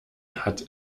hat